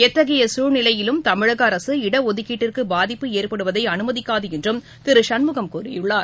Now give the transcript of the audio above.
எத்தகைய சூழ்நிலையிலும் தமிழக அரசு இடஒதுக்கீட்டிற்கு பாதிப்பு ஏற்படுவதை அனுமதிக்காது என்றும் திரு சண்முகம் கூறியுள்ளார்